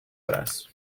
braç